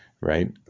right